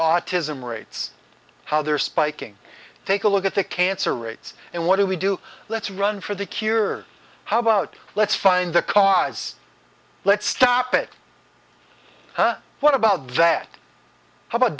autism rates how they're spiking take a look at the cancer rates and what do we do let's run for the cure how about let's find the cause let's stop it what about that how about